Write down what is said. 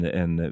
en